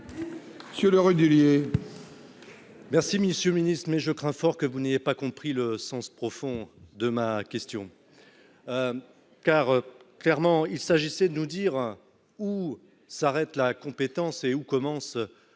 Monsieur le Rudulier. Merci messieurs Ministre mais je crains fort que vous n'ayez pas compris le sens profond de ma question car clairement, il s'agissait de nous dire, hein, où s'arrête la compétence et où commence la récompense